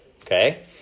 okay